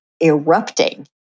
erupting